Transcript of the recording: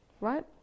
Right